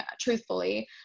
truthfully